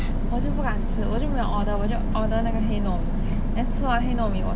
我就不敢吃我就沒有 order 我就 order 那个黑糯米 then 吃完黑糯米我